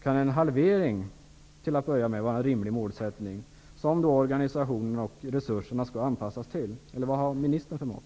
Kan en halvering, till att börja med, vara en rimlig målsättning, som sedan organisationerna och resurserna skall anpassas till, eller vad har ministern för mått?